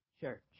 church